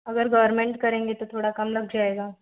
अगर गवर्मेंट करेंगे तो थोड़ा कम लग जाएगा